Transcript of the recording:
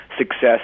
success